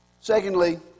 Secondly